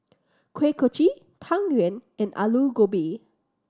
Kuih Kochi Tang Yuen and Aloo Gobi